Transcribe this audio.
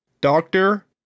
Doctor